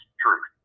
truth